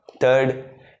third